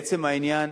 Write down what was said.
לעצם העניין,